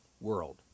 world